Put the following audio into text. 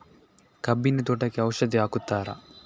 ಕಬ್ಬಿನ ತೋಟಕ್ಕೆ ಔಷಧಿ ಹಾಕುತ್ತಾರಾ?